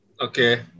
Okay